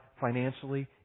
financially